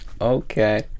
Okay